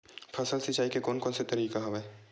फसल सिंचाई के कोन कोन से तरीका हवय?